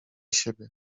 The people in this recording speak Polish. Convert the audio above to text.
siebie